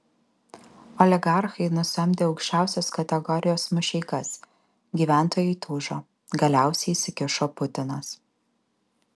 oligarchai nusamdė aukščiausios kategorijos mušeikas gyventojai įtūžo galiausiai įsikišo putinas